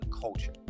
culture